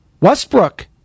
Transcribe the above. Westbrook